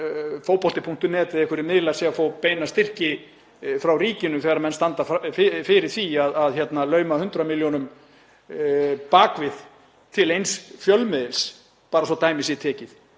fótbolti.net eða einhverjir miðlar séu að fá beina styrki frá ríkinu þegar menn standa fyrir því að lauma 100 milljónum bak við til eins fjölmiðils, bara svo að dæmi sé tekið,